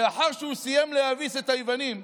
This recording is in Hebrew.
לאחר שהוא סיים להביס את היוונים,